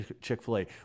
Chick-fil-A